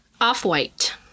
Off-white